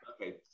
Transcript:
Okay